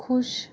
ख़ुश